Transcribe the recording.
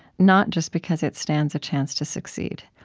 not just because it stands a chance to succeed.